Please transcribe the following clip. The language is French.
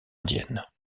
indiennes